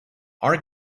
our